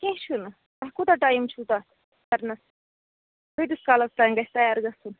کیٚنٛہہ چھُنہٕ تۄہہِ کوٗتاہ ٹایِم چھُو تَتھ پھیٚرنَس کۭتِس کالَس تانۍ گَژھہِ تَیار گَژھُن